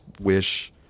wish